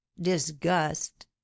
disgust